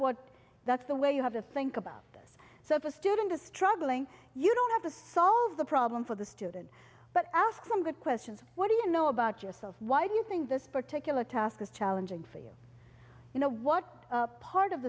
what that's the way you have to think about this so if a student is struggling you don't have to solve the problem for the student but ask some good questions what do you know about yourself why do you think this particular task is challenging for you you know what part of